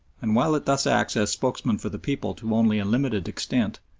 and while it thus acts as spokesman for the people to only a limited extent,